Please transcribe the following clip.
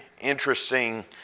interesting